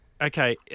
Okay